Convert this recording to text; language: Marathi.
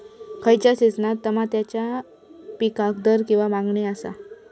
खयच्या सिजनात तमात्याच्या पीकाक दर किंवा मागणी आसता?